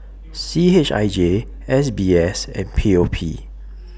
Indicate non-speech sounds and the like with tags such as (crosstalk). (noise) C H I J S B S and P O P